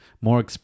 more